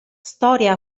storia